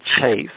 chase